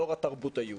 לאור התרבות היהודית.